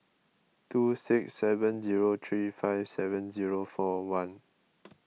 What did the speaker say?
two six seven zero three five seven zero four one